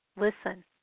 listen